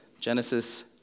Genesis